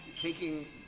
taking